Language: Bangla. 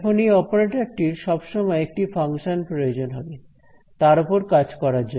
এখন এই অপারেটরটির সবসময় একটি ফাংশন প্রয়োজন হবে তার ওপর কাজ করার জন্য